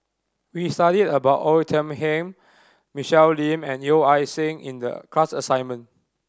we studied about Oei Tiong Ham Michelle Lim and Yeo Ah Seng in the class assignment